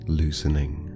loosening